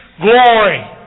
glory